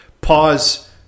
pause